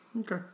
Okay